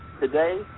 today